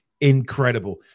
incredible